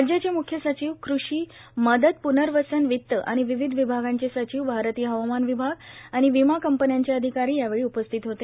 राज्याचे म्ख्य सचिव कृषी मदत प्नर्वसन वित आणि विविध विभागांचे सचिव भारतीय हवामान विभाग आणि विमा कंपन्यांचे अधिकारी यावेळी उपस्थित होते